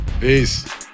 Peace